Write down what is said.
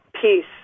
peace